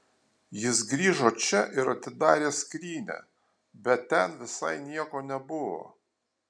jis grįžo čia ir atidarė skrynią bet ten visai nieko nebuvo